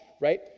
right